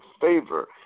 favor